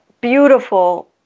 beautiful